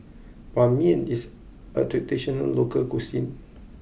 Ban Mian is a traditional local cuisine